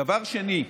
דבר שני,